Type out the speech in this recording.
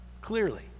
clearly